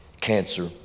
cancer